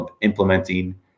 implementing